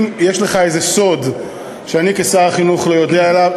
אם יש לך איזה סוד שאני כשר החינוך לא יודע עליו,